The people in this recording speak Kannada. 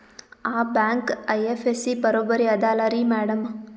ಆ ಬ್ಯಾಂಕ ಐ.ಎಫ್.ಎಸ್.ಸಿ ಬರೊಬರಿ ಅದಲಾರಿ ಮ್ಯಾಡಂ?